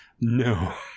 No